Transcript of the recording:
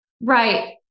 Right